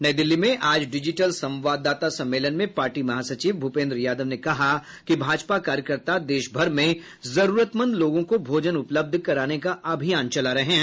नई दिल्ली में आज डिजिटल संवाददाता सम्मेलन में पार्टी महासचिव भूपेंद्र यादव ने कहा कि भाजपा कार्यकर्ता देशभर में जरूरतमंद लोगों को भोजन उपलब्ध कराने का अभियान चला रहे हैं